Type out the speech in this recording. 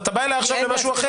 אתה בא אליי עכשיו למשהו אחר.